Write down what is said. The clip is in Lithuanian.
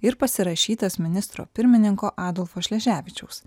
ir pasirašytas ministro pirmininko adolfo šleževičiaus